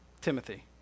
Timothy